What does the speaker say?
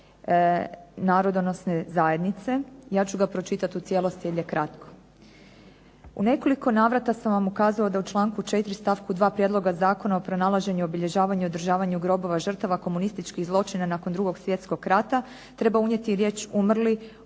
U nekoliko navrata sam vam ukazala da u članku 4. stavku 2. Prijedlogu zakona o pronalaženju, obilježavanju i održavanju grobova žrtava komunističkih zločina nakon 2. Svjetskog rata treba unijeti riječ umrli